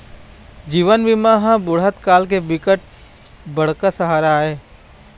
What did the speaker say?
जीवन बीमा ह बुढ़त काल के बिकट बड़का सहारा आय